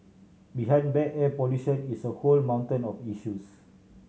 behind bad air pollution is a whole mountain of issues